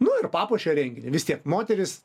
nu ir papuošia renginį vis tiek moteris